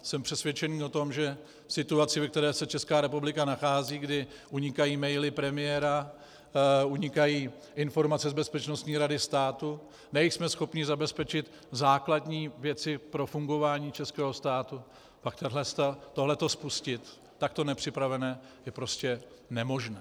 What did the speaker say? Jsem přesvědčený o tom, že v situaci, ve které se Česká republika nachází, kdy unikají maily premiéra, unikají informace z Bezpečnostní rady státu, nejsme schopni zabezpečit základní věci pro fungování českého státu, tohleto spustit, takto nepřipravené, je prostě nemožné.